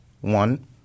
One